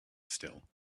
still